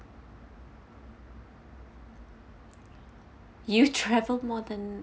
you travel more than